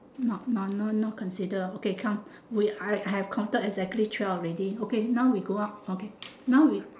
not no no no consider okay come we I have counted exactly twelve already okay now we go out okay now we